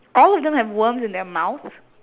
all of them have worms in their mouth